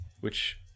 which-